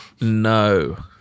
No